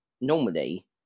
normally